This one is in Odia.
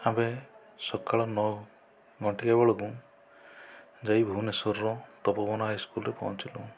ଆମ୍ଭେ ସକାଳ ନଅ ଘଣ୍ଟିକା ବେଳକୁ ଯାଇ ଭୁବନେଶ୍ୱରର ତପୋବନ ହାଇସ୍କୁଲରେ ପହଞ୍ଚିଲୁ